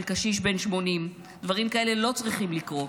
קשיש בן 80. דברים כאלה לא צריכים לקרות.